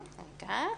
בבקשה.